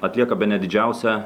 atlieka bene didžiausią